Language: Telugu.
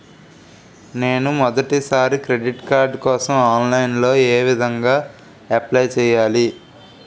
నేను మొదటిసారి క్రెడిట్ కార్డ్ కోసం ఆన్లైన్ లో ఏ విధంగా అప్లై చేయాలి?